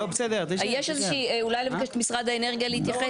אולי נבקש ממשרד האנרגיה להתייחס.